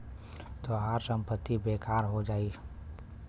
तोहार संपत्ति बेकार हो जाई